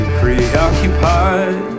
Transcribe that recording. preoccupied